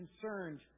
concerned